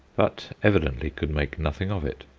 but evidently could make nothing of it.